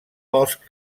bosc